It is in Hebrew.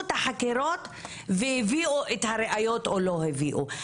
את החקירות והביאו את הראיות או לא הביאו.